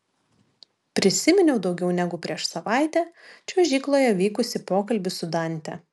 prisiminiau daugiau negu prieš savaitę čiuožykloje vykusį pokalbį su dante